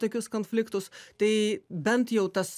tokius konfliktus tai bent jau tas